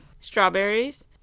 strawberries